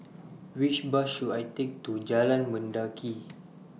Which Bus should I Take to Jalan Mendaki